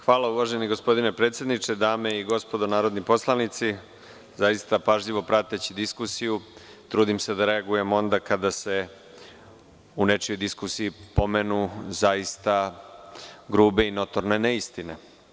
Hvala uvaženi gospodine predsedniče, dame i gospodo narodni poslanici, zaista pažljivo prateći diskusiju, trudim se da reagujem onda kada se u nečijoj diskusiji pomenu zaista grube i notorne neistine.